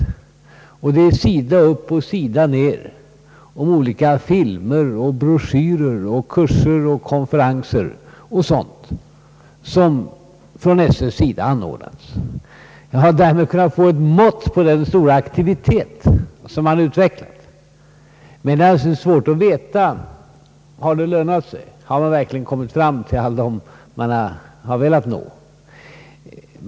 Redogörelsen handlar sida upp och sida ned om filmer, broschyrer, kurser och konferenser som anordnats genom SÖ:s försorg. Jag har därmed kunnat få ett mått på den stora aktivitet som utvecklats, men det är naturligtvis svårt att veta om den har lönat sig. Har upplysningarna nått fram till dem man velat nå?